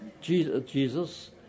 Jesus